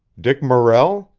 dick morrell?